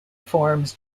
forms